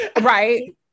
Right